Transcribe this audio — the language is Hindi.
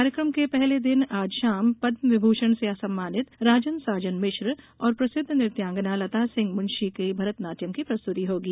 कार्यक्रम के पहले दिन आज शाम पद्म विभूषण से सम्मानित राजन साजन मिश्र और प्रसिद्ध नृत्यांगना लता सिंह मुंशी की भरत नाट्यम की प्रस्तुति होगी